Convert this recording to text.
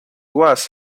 was